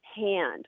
hand